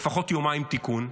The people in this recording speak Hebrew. לפחות יומיים תיקון.